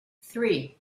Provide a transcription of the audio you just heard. three